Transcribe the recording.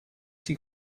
die